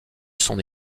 son